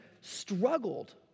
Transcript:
struggled